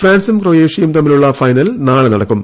ഫ്രാൻസും ക്രോയേഷ്യയും തമ്മിലുള്ള ഫൈനൽ നാളെ നടക്കും